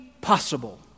possible